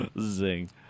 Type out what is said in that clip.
Zing